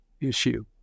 issue